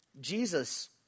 Jesus